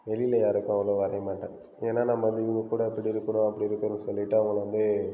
வெளியில யாருக்கும் அவ்வளோ வரைய மாட்டேன் ஏன்னா நம்ம வந்து இவங்க கூட இப்படி இருக்கணும் அப்படி இருக்கணுன்னு சொல்லிவிட்டா அவங்கள வந்து